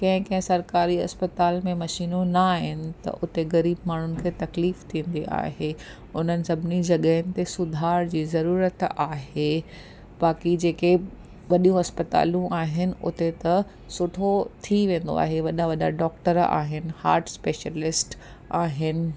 कंहिं कंहिं सरकारी हस्पताल में मशीनूं न आहिनि त उते ग़रीब माण्हुनि खे तकलीफ़ थींदी आहे उन्हनि सभिनी जॻहियुनि ते सुधार जी ज़रुरत आहे बाक़ी जेके वॾियूं हस्पतालूं आहिनि उते त सुठो थी वेंदो आहे वॾा वॾा डॉक्टर आहिनि हाट स्पेशलिस्ट आहिनि